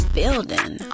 building